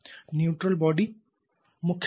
neutral body मुख्य अणु के